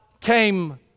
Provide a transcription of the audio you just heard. came